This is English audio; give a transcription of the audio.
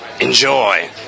Enjoy